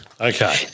Okay